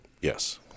Yes